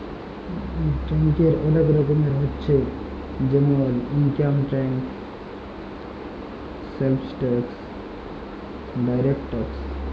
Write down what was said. ট্যাক্সের ওলেক রকমের হচ্যে জেমল income tax, sales tax, direct tax